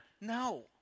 No